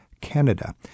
canada